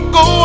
go